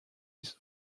his